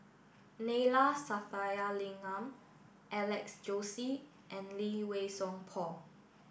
Neila Sathyalingam Alex Josey and Lee Wei Song Paul